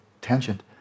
tangent